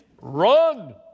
run